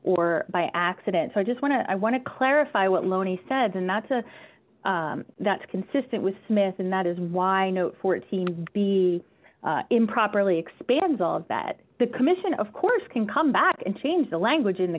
or by accident so i just want to i want to clarify what loney said and that's a that's consistent with smith and that is why no fourteen be improperly expands all of that the commission of course can come back and change the language